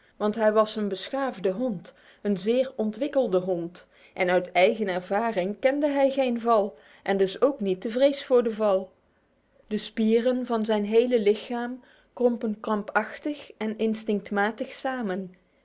want hij was een beschaafde hond een zeer ontwikkelde hond en uit eigen ervaring kende hij geen val en dus ook niet de vrees voor de val de spieren van zijn hele lichaam krompen krampachtig en instinctmatig samen